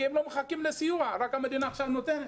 כי הם לא מחכים לסיוע שהמדינה נותנת.